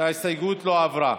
ההסתייגות לא עברה.